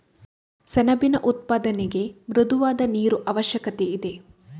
ಸೆಣಬಿನ ಉತ್ಪಾದನೆಗೆ ಮೃದುವಾದ ನೀರು ಅವಶ್ಯಕತೆಯಿದೆ